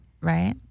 right